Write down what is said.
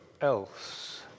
else